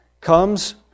comes